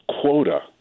quota